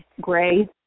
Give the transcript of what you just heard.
Gray